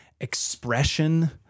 expression